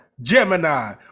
gemini